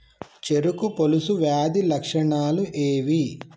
చెరుకు పొలుసు వ్యాధి లక్షణాలు ఏవి?